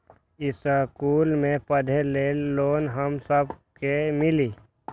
इश्कुल मे पढे ले लोन हम सब के मिली?